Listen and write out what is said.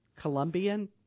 Colombian